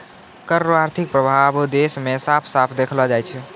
कर रो आर्थिक प्रभाब देस मे साफ साफ देखलो जाय छै